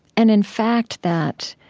and, in fact, that